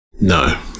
no